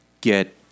get